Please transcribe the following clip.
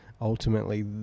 ultimately